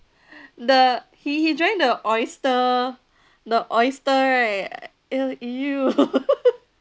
the he he drank the oyster the oyster right ugh !eww!